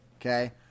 Okay